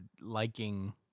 liking